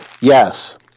Yes